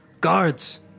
Guards